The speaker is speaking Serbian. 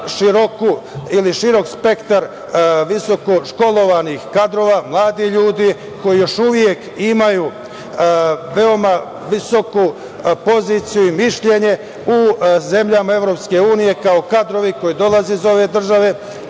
veoma širok spektar visoko školovanih kadrova, mladih ljudi koji još uvek imaju veoma visoku poziciju i mišljenje u zemljama EU kao kadrovi koji dolaze iz ove države,